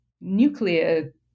nuclear